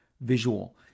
visual